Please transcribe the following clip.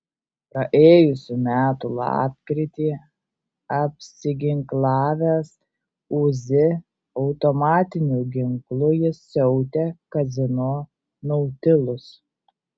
praėjusių metų lapkritį apsiginklavęs uzi automatiniu ginklu jis siautė kazino nautilus